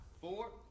four